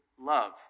love